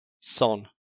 Son